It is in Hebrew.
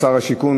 שר השיכון,